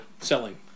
selling